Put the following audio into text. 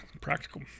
practical